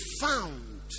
found